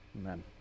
Amen